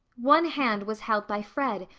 one hand was held by fred,